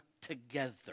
together